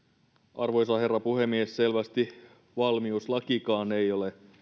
arvoisa herra puhemies selvästi valmiuslakikaan ei ole